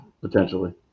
potentially